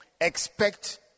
expect